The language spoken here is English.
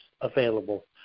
available